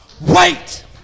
wait